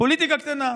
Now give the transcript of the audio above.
פוליטיקה קטנה.